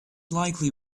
likely